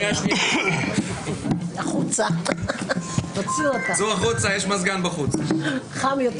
אני מבהיר לפרוטוקול שהיועצת המשפטית לכנסת ביקשה שאבהיר